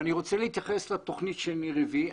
אני רוצה להתייחס לתוכנית שניר הביא.